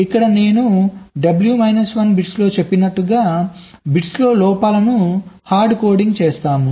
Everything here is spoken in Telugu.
ఇక్కడ నేను ఈ W మైనస్ 1 బిట్స్లో చెప్పినట్లుగా బిట్స్లో లోపాలను హార్డ్ కోడింగ్ చేస్తాము